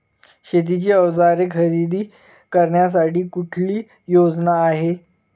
शेतीची अवजारे खरेदी करण्यासाठी कुठली योजना आहे?